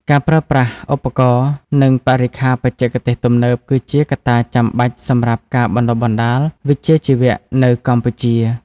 ការប្រើប្រាស់ឧបករណ៍ និងបរិក្ខារបច្ចេកទេសទំនើបគឺជាកត្តាចាំបាច់សម្រាប់ការបណ្តុះបណ្តាលវិជ្ជាជីវៈនៅកម្ពុជា។